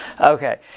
Okay